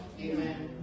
Amen